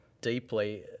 deeply